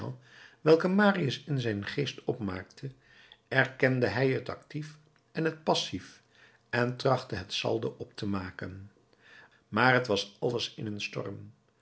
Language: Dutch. welke marius in zijn geest opmaakte erkende hij het actief en het passief en trachtte het saldo op te maken maar t was alles als in een storm